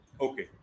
Okay